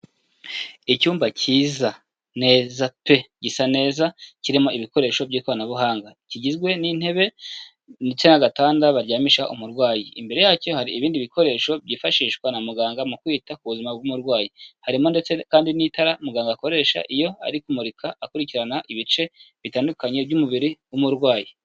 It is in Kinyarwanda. Icyumba cyiza neza pe gisa neza, kirimo ibikoresho by'ikoranabuhanga kigizwe n'intebe ndetse n'agatanda baryamishaho umurwayi. Imbere yacyo hari ibindi bikoresho byifashishwa na muganga mu kwita ku buzima bw'umurwayi. Harimo ndetse kandi n'itara muganga akoresha iyo ari kumurika akurikirana ibice bitandukanye by'umubiri w'umurwayi.